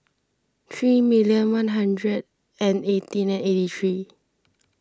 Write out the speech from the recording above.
three million one hundred and eighteen and eighty three